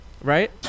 right